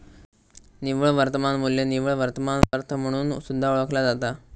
निव्वळ वर्तमान मू्ल्य निव्वळ वर्तमान वर्थ म्हणून सुद्धा ओळखला जाता